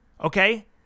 Okay